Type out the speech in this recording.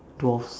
dwarfs